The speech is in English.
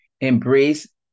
Embrace